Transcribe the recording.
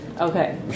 Okay